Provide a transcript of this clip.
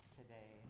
today